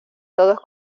todos